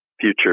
future